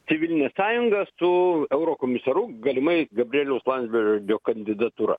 civiline sąjunga su eurokomisaru galimai gabrieliaus landsbergio kandidatūra